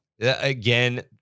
Again